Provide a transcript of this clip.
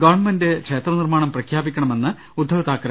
government ക്ഷേത്രനിർമ്മാണം പ്രഖ്യാ പിക്കണമെന്ന് ഉദ്ധവ് താക്കറെ പറഞ്ഞു